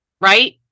right